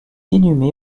inhumé